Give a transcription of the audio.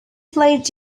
played